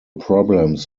problems